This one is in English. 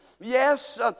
Yes